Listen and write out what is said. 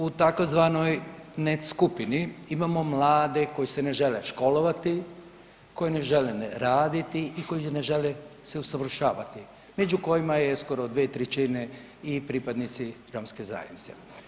U tzv. … skupini imamo mlade koji se ne žele školovati, koji ne žele raditi i koji ne žele se usavršavati, među kojima je skoro 2/3 i pripadnika romske zajednice.